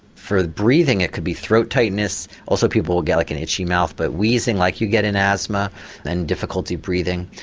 for breathing it could be throat tightness, also people will get like an itchy mouth but wheezing like you get in asthma and difficulty breathing.